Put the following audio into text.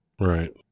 Right